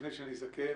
לפני שאני אסכם,